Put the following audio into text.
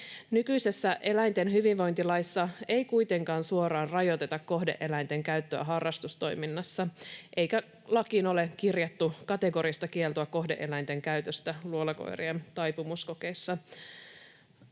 Nykyisessä eläinten hyvinvointilaissa ei kuitenkaan suoraan rajoiteta kohde-eläinten käyttöä harrastustoiminnassa, eikä lakiin ole kirjattu kategorista kieltoa kohde-eläinten käytöstä luolakoirien taipumuskokeissa.